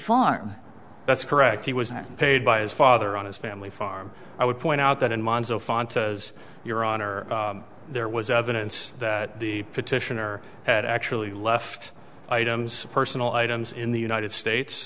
farm that's correct he was paid by his father on his family farm i would point out that in monza font as your honor there was evidence that the petitioner had actually left items personal items in the united states